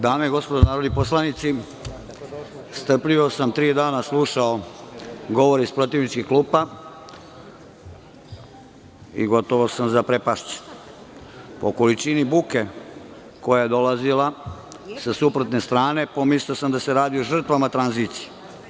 Dame i gospodo narodni poslanici, strpljivo sam tri dana slušao govore iz protivničkih klupa, i gotovo sam zaprepašćen po količini buke koja je dolazila sa suprotne strane, pomislio sam da se radi o žrtvama tranzicije.